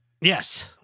Yes